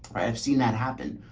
i've seen that happen.